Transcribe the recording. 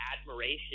admiration